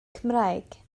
cymraeg